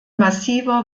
massiver